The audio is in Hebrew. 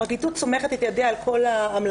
הפרקליטות סומכת את ידיה על כל ההמלצות